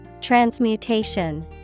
Transmutation